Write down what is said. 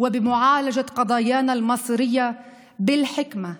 ובטיפול בנושאים הגורליים לנו בחוכמה,